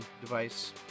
device